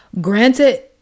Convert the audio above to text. Granted